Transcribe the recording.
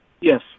Yes